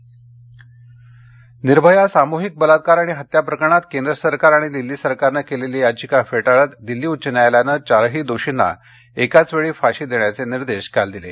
निर्भया निर्भया सामूहिक बलात्कार आणि हत्या प्रकरणात केंद्र सरकार आणि दिल्ली सरकारने केलेली याचिका फेटाळत दिल्ली उच्च न्यायालयाने चारही दोषींना एकाच वेळी फाशी देण्याचे निर्देश काल दिले